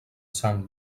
sang